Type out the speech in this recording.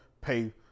pay